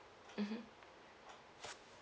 mmhmm